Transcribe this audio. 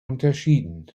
unterschieden